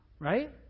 Right